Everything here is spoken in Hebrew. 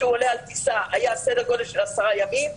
עולה על טיסה היה סדר גודל של עשרה ימים.